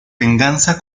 venganza